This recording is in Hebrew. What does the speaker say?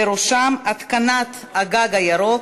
ובראשם התקנת הגג הירוק,